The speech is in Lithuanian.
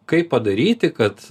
kaip padaryti kad